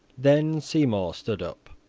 then seymour stood up.